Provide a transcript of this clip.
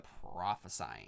prophesying